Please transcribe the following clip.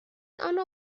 آنرا